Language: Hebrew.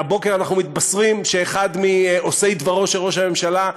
הבוקר אנחנו מתבשרים שאחד מעושי דברו של ראש הממשלה,